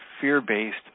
fear-based